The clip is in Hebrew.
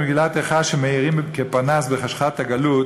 במגילת איכה שמאירים כפנס בחשכת הגלות